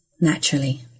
naturally